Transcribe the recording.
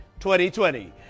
2020